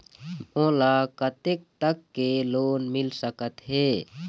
मोला कतेक तक के लोन मिल सकत हे?